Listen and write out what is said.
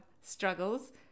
struggles